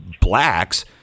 blacks